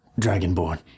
Dragonborn